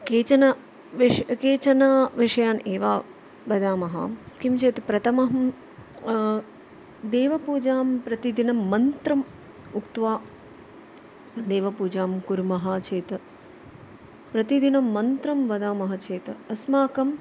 केचन विश् केचन विषयान् एव वदामः किं चेत् प्रथमहं देवपूजां प्रतिदिनं मन्त्रम् उक्त्वा देवपूजां कुर्मः चेत् प्रतिदिनं मन्त्रं वदामः चेत् अस्माकम्